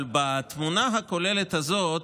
אבל בתמונה הכוללת הזאת,